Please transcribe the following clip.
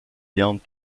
viandes